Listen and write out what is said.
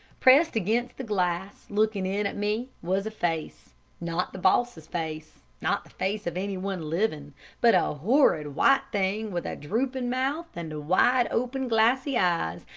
pressed against the glass, looking in at me, was a face not the boss's face, not the face of anyone living, but a horrid white thing with a drooping mouth and wide-open, glassy eyes,